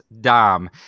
Dom